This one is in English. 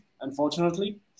unfortunately